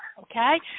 okay